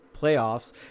playoffs